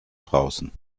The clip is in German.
draußen